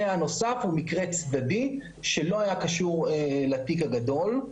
הנוסף הוא מקרה צדדי שלא היה קשור לתיק הגדול,